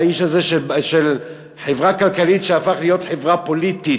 האיש הזה של חברה כלכלית שהפך להיות חברה פוליטית,